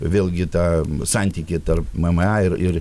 vėlgi tą santykį tarp mma ir ir